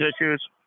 issues